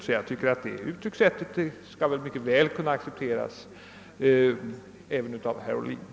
även herr Ohlin borde därför kunna acceptera uttryckssättet.